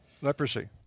Leprosy